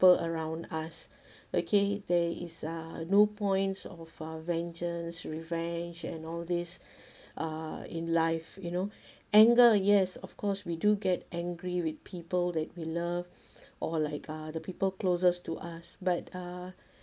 around us okay there is uh no points of uh vengeance revenge and all this uh in life you know anger yes of course we do get angry with people that we love or like uh the people closes to us but uh